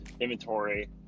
inventory